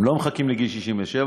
הם לא מחכים לגיל 67,